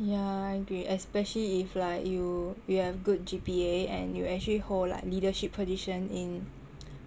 yah I agree especially if like you you have good G_P_A and you actually hold like leadership position in